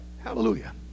hallelujah